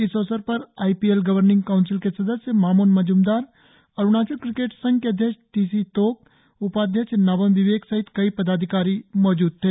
इस अवसर पर I P L governing council के सदस्य मामोन मज्मदार अरुणाचल क्रिकेट संघ के अध्यक्ष टी सी तोक उपाध्यक्ष नाबम विवेक सहित कई पदाधिकारी मौजूद थे